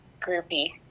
groupie